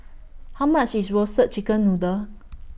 How much IS Roasted Chicken Noodle